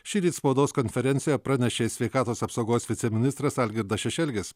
šįryt spaudos konferencijoje pranešė sveikatos apsaugos viceministras algirdas šešelgis